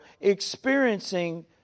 experiencing